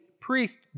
priest